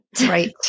Right